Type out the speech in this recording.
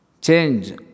Change